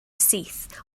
syth